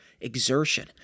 exertion